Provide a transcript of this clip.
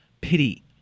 pity